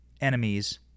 enemies